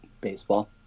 Baseball